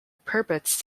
purports